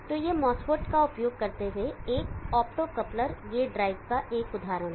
तो यह MOSFET का उपयोग करते हुए एक ऑप्टोकोपलर गेट ड्राइव का एक उदाहरण है